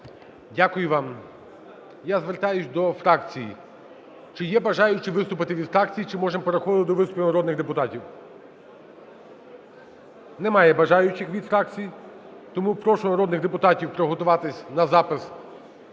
Дякую вам. Я звертаюсь до фракцій: чи є бажаючі виступити від фракцій, чи можемо переходити до виступів народних депутатів? Немає бажаючих від фракцій. Тому прошу народних депутатів приготуватися на запис